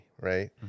right